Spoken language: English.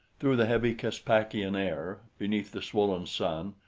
through the heavy caspakian air, beneath the swollen sun,